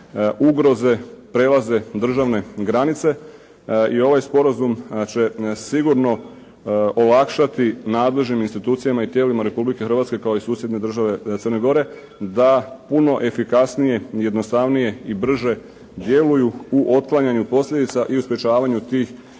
ugroze prelaze državne granice i ovaj Sporazum će sigurno olakšati nadležnim institucijama i tijelima Republike Hrvatske kao i susjedne države Crne Gore da puno efikasnije, jednostavnije i brže djeluju u otklanjanju posljedica i u sprječavanju tih